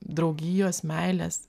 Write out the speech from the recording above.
draugijos meilės